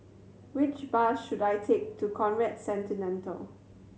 which bus should I take to Conrad